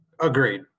Agreed